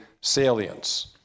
salience